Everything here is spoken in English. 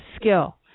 skill